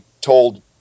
told